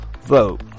Vote